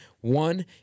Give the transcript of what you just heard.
One